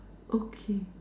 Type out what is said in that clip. okay